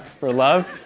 for love?